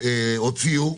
הוציאו,